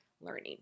learning